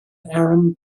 aaron